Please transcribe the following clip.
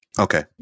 Okay